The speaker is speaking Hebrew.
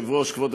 מה עם "הפועל